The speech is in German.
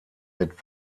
mit